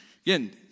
Again